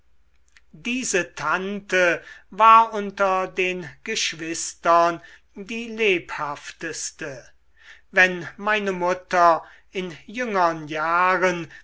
diese tante war unter den geschwistern die lebhafteste wenn meine mutter in jüngern jahren